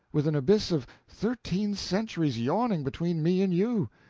with an abyss of thirteen centuries yawning between me and you!